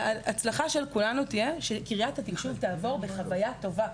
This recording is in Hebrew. ההצלחה של כולנו תהיה שקריית התקשוב תעבור בחוויה טובה,